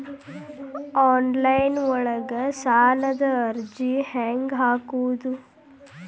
Online ಒಳಗ ಸಾಲದ ಅರ್ಜಿ ಹೆಂಗ್ ಹಾಕುವುದು?